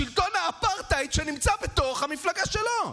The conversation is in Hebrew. שלטון האפרטהייד שנמצא בתוך המפלגה שלו.